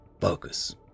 focus